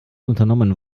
unternommen